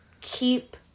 keep